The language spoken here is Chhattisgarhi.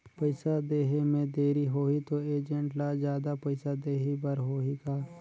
पइसा देहे मे देरी होही तो एजेंट ला जादा पइसा देही बर होही का?